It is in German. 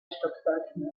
stockwerken